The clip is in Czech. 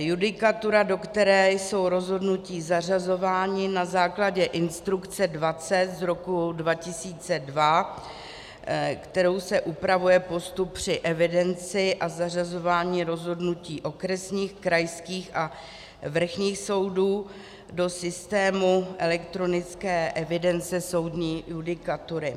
Judikatura, do které jsou rozhodnutí zařazována na základě instrukce 20 z roku 2002, kterou se upravuje postup při evidenci a zařazování rozhodnutí okresních, krajských a vrchních soudů do systému elektronické evidence soudní judikatury.